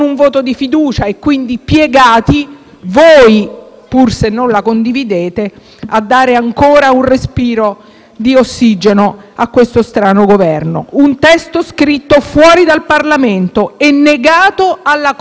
voi, pur se non la condividete, a dare ancora un respiro di ossigeno a questo strano Governo. Un testo scritto fuori dal Parlamento e negato alla conoscenza di ciascuno di noi.